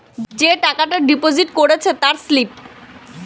যে টাকা ডিপোজিট করেছে তার স্লিপ